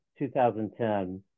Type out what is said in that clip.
2010